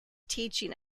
teaching